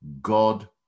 God